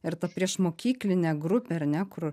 ir ta priešmokyklinė grupė ar ne kur